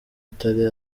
atari